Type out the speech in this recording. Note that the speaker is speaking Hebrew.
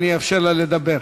אני אאפשר לה לדבר.